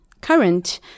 current